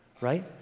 right